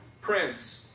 Prince